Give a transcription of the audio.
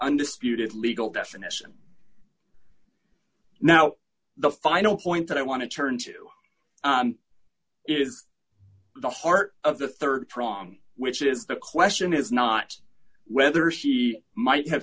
undisputed legal definition now the final point that i want to turn to is the heart of the rd prong which is the question is not whether she might have